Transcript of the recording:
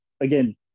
again